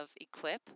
Equip